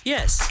Yes